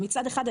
מצד אחד,